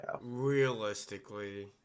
Realistically